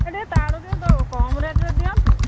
ଏ ତାଠୁ ଟିକେ କମ୍ ରେଟ୍ରେ ଦିଅନ୍ତୁ